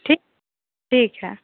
ठीक ठीक है